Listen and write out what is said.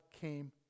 came